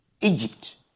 Egypt